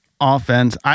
offense